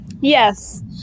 Yes